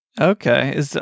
Okay